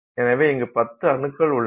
எனவே இங்கு 10 அணுக்கள் உள்ளன